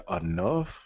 enough